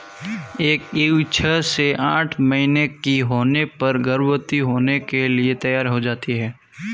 एक ईव छह से आठ महीने की होने पर गर्भवती होने के लिए तैयार हो जाती है